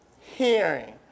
hearing